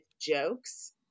jokes